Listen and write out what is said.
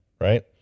right